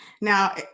Now